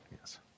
Yes